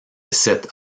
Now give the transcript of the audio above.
cette